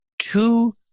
two